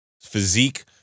physique